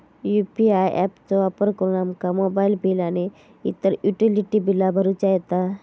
UPI app चो वापर करुन आमका मोबाईल बिल आणि इतर युटिलिटी बिला भरुचा येता